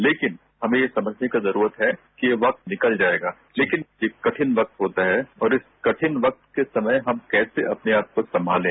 लेकिन हमें यह समझने की जरूरत है कि ये वक्त निकल जाएगा लेकिन यह कठिन वक्तहोता है और इस कठिन व्यक्त के समय हम कैसे अपने आपको संमाले